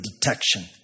detection